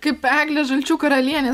kaip eglė žalčių karalienė